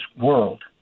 world